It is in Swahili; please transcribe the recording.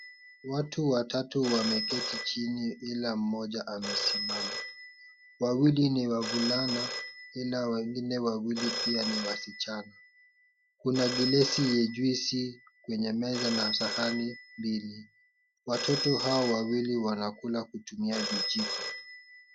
Watu watatu wameketi chini ila mmoja amesimama. Wawili ni wavulana ila wengine wawili pia ni wasichana. Kuna gilasi ya juisi kwenye meza na sahani mbili. Watoto hawa wawili wanakula kutumia vijiko.